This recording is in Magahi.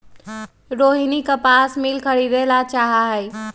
रोहिनी कपास मिल खरीदे ला चाहा हई